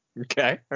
Okay